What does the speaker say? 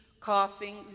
coughing